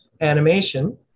animation